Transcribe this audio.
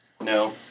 No